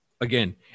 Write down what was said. again